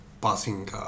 passing